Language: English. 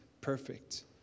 perfect